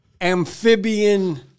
amphibian